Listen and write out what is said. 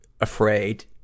afraid